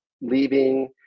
leaving